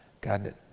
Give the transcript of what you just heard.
God